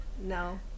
No